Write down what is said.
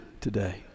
today